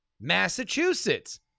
Massachusetts